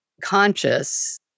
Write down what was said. conscious